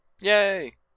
Yay